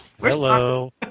Hello